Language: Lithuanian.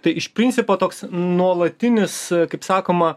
tai iš principo toks nuolatinis kaip sakoma